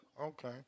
Okay